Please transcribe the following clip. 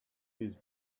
his